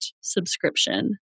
subscription